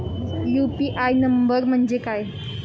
UPI number म्हणजे काय?